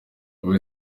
wowe